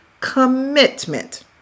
Commitment